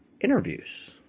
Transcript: interviews